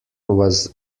was